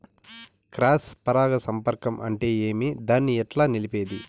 Cross పరాగ సంపర్కం అంటే ఏమి? దాన్ని ఎట్లా నిలిపేది?